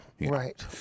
right